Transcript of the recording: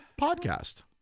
Podcast